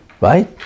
right